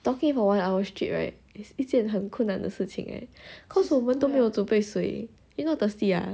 talking for one hour straight right is 一件很困难的事情 eh cause 我们都没有准备水 you not thirsty ah